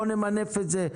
בוא נמנף את זה,